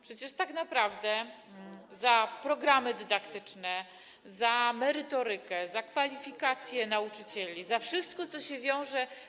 Przecież tak naprawdę za programy dydaktyczne, za merytorykę, za kwalifikacje nauczycieli, za wszystko, co się wiąże.